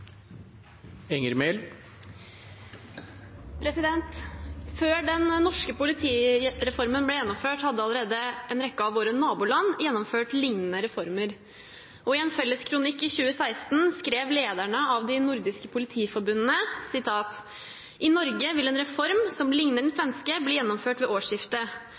må håndtere. Før den norske politireformen ble gjennomført, hadde allerede en rekke av våre naboland gjennomført liknende reformer, og i en felles kronikk i 2016 skrev lederne av de nordiske politiforbundene: «I Norge vil en reform, som ligner den svenske, bli gjennomført ved